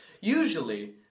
Usually